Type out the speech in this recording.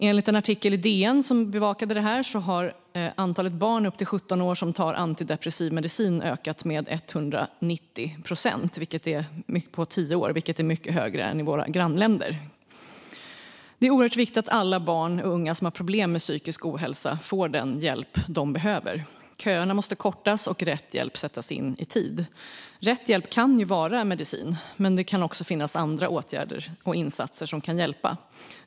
Enligt en artikel i DN, som bevakade det här, har antalet barn upp till 17 år som tar antidepressiv medicin ökat med 190 procent på tio år, vilket är mycket högre än i våra grannländer. Det är oerhört viktigt att alla barn och unga som har problem med psykisk ohälsa får den hjälp de behöver. Köerna måste kortas och rätt hjälp sättas in i tid. Rätt hjälp kan vara medicin, men det kan också finnas andra åtgärder och insatser som kan hjälpa.